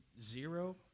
zero